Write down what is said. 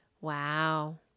Wow